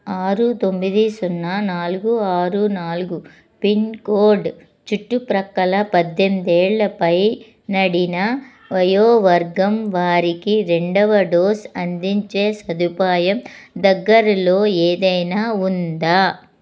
ఆరు తొమ్మిది సున్నా నాలుగు ఆరు నాలుగు పిన్ కోడ్ చుట్టుప్రక్కల పద్దెనిమిది ఏళ్ళ పైనడిన వయోవర్గం వారికి రెండవ డోస్ అందించే సదుపాయం దగ్గరలో ఏదైనా ఉందా